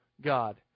God